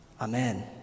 Amen